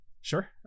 Sure